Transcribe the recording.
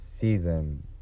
season